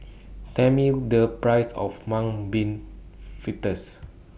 Tell Me The Price of Mung Bean Fritters